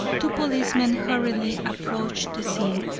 two policemen hurriedly approached the scene.